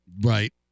Right